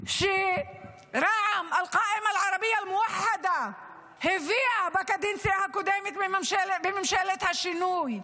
שרע"ם (אומרת בערבית:) הביאה בקדנציה הקודמת בממשלת השינוי?